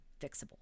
fixable